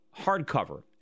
hardcover